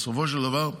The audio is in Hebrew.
בסופו של דבר,